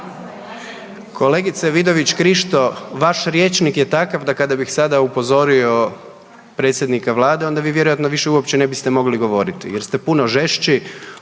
Kolegice Vidović Krišto vaš rječnik je takav da kada bih sada upozorio predsjednika Vlada onda vi vjerojatno više uopće ne biste mogli govoriti jer ste puno žešći,